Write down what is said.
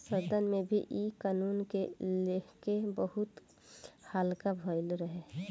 सदन में भी इ कानून के लेके बहुत हल्ला भईल रहे